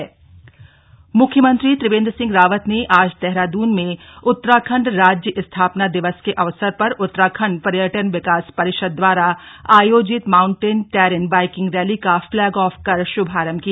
mountain terrain biking rally मुख्यमंत्री त्रिवेंद्र सिंह रावत ने आज देहरादून में उत्तराखण्ड राज्य स्थापना दिवस के अवसर पर उत्तराखण्ड पर्यटन विकास परिषद द्वारा आयोजित माउंटेन टैरेन बाइकिंग रैली का फ्लैग ऑफ कर शुभारम्भ किया